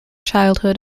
childhood